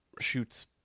shoots